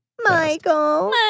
Michael